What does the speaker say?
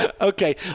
Okay